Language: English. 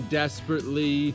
desperately